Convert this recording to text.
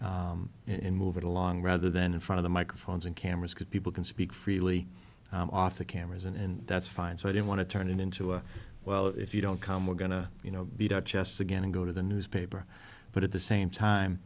and move it along rather than in front of the microphones and cameras could people can speak freely off the cameras and that's fine so i don't want to turn it into a well if you don't come we're going to you know beat our chests again and go to the newspaper but at the same time